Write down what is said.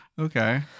Okay